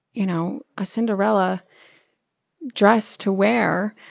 you know, a cinderella dress to wear,